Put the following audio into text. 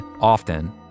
often